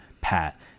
Pat